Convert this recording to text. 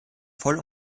voll